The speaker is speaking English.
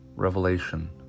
Revelation